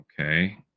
Okay